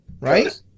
Right